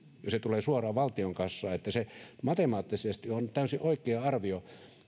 ja se tulee suoraan valtionkassaan että matemaattisesti se on täysin oikea arvio